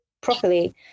properly